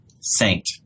saint